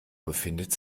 befindet